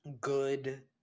good